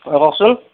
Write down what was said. হয় কওকচোন